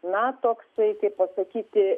na toksai kaip pasakyti